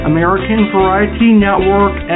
AmericanVarietyNetwork